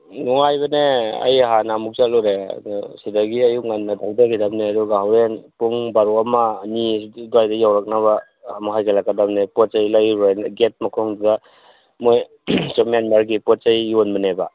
ꯅꯨꯡꯉꯥꯏꯕꯅꯦ ꯑꯩ ꯍꯥꯟꯅ ꯑꯃꯨꯛ ꯆꯠꯂꯨꯔꯦ ꯑꯗꯣ ꯁꯤꯗꯒꯤ ꯑꯌꯨꯛ ꯉꯟꯅ ꯊꯧꯊꯈꯤꯒꯗꯕꯅꯦ ꯑꯗꯨꯒ ꯍꯣꯔꯦꯟ ꯄꯨꯡ ꯕꯥꯔꯣ ꯑꯃ ꯑꯅꯤ ꯑꯗꯨꯋꯥꯏꯗ ꯌꯧꯔꯛꯅꯕ ꯑꯃꯨꯛ ꯍꯥꯏꯒꯠꯂꯛꯀꯗꯕꯅꯦ ꯄꯣꯠ ꯆꯩ ꯂꯩꯔꯨꯔꯅꯤ ꯒꯦꯠ ꯃꯈꯣꯡꯗꯨꯗ ꯃꯣꯏꯅ ꯑꯁꯣꯝ ꯃꯦꯟꯃꯥꯔꯒꯤ ꯄꯣꯠ ꯆꯩ ꯌꯣꯟꯕꯅꯦꯕ